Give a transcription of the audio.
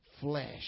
flesh